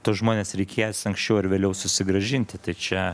tuos žmones reikės anksčiau ar vėliau susigrąžinti tai čia